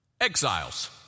exiles